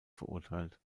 verurteilt